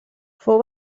fou